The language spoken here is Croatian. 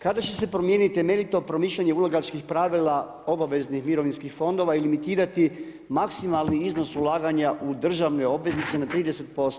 Kada će se promijeniti meritum promišljanje ulagačkih pravila obveznih mirovinskih fondova ili miritirati maksimalni iznos ulaganja u državne obveznice na 30%